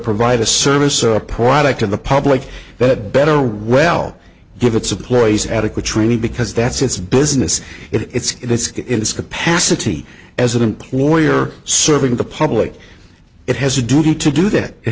provide a service or a product in the public that better well give it's a ploy is adequate training because that's its business it's its in its capacity as an employer serving the public it has a duty to do that it